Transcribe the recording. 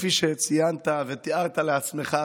כפי שציינת ותיארת לעצמך,